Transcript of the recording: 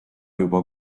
juba